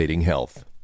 health